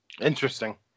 Interesting